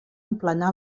emplenar